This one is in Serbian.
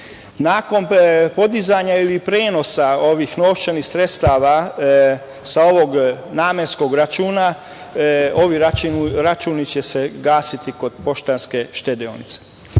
Nakon podizanja ili prenosa ovih novčanih sredstava sa ovog namenskog računa, ovi računi će se gasiti kod „Poštanske štedionice“.Poslovne